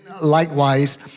likewise